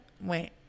wait